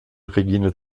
regine